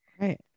Right